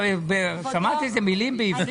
שמעת איזה מילים בעברית?